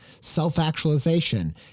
self-actualization